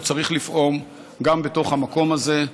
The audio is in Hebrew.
הוא צריך לפעום גם בתוך המקום הזה,